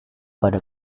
pada